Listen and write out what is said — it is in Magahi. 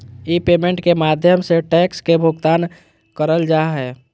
ई पेमेंट के माध्यम से टैक्स के भुगतान करल जा हय